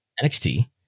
NXT